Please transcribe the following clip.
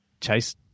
chase